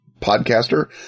podcaster